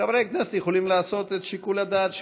חברי הכנסת יכולים לעשות את שיקול הדעת שלהם.